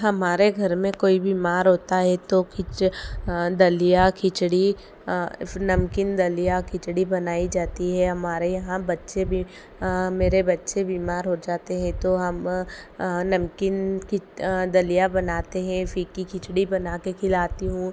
हमारे घर में कोई बीमार होता है तो खिच दलिया खिचड़ी नमकीन दलिया खिचड़ी बनाई जाती है हमारे यहाँ बच्चे भी मेरे बच्चे बीमार हो जाते हैं तो हम नमकीन खिच दलिया बनाते हैं फीकी खिचड़ी बना के खिलाती हूँ